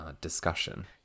discussion